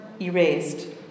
erased